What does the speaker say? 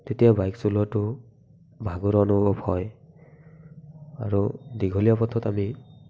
তেতিয়া বাইক চলোৱাটো ভাগৰুৱা অনুভৱ হয় আৰু দীঘলীয়া পথত আমি